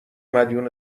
مدیون